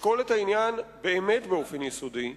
לשקול את העניין באמת באופן יסודי,